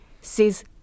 says